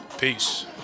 peace